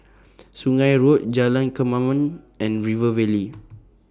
Sungei Road Jalan Kemaman and River Valley